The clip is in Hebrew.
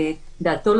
לא טריבונל צדדי,